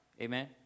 amen